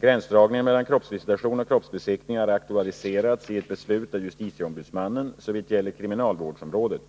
Gränsdragningen mellan kroppsvisitation och kroppsbesiktning har aktualiseratsi ett beslut av justitieombudsmannen såvitt gäller kriminalvårdsområdet.